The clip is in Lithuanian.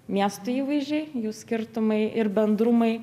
miestų įvaizdžiai jų skirtumai ir bendrumai